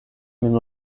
min